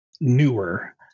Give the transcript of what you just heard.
newer